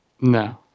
No